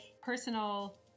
personal